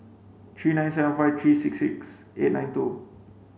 three nine seven five three six six eight nine two